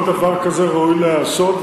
כל דבר כזה ראוי להיעשות,